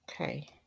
Okay